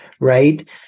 right